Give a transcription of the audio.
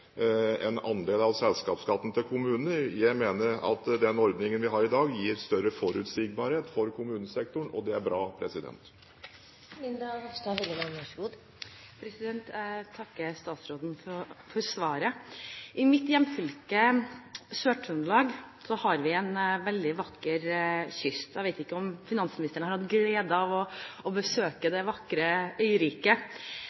en andel av selskapsskatten til kommunene. Jeg mener at den ordningen vi har i dag, gir større forutsigbarhet for kommunesektoren, og det er bra. Jeg takker statsråden for svaret. I mitt hjemfylke, Sør-Trøndelag, har vi en veldig vakker kyst. Jeg vet ikke om finansministeren har hatt gleden av å besøke